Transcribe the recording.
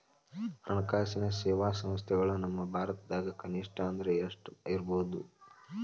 ಹಣ್ಕಾಸಿನ್ ಸೇವಾ ಸಂಸ್ಥೆಗಳು ನಮ್ಮ ಭಾರತದಾಗ ಕನಿಷ್ಠ ಅಂದ್ರ ಎಷ್ಟ್ ಇರ್ಬಹುದು?